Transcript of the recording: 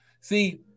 see